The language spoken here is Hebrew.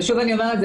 שוב אני אומרת,